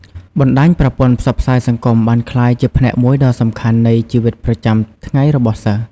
បណ្ដាញប្រព័ន្ធផ្សព្វផ្សាយសង្គមបានក្លាយជាផ្នែកមួយដ៏សំខាន់នៃជីវិតប្រចាំថ្ងៃរបស់សិស្ស។